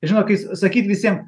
žino kai sakyt visiem